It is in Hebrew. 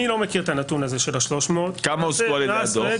אני לא מכיר את הנתון הזה של 300. כמה הוסקו על ידי הדוח?